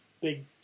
big